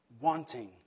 wanting